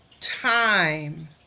time